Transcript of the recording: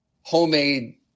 homemade